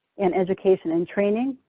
and education and training,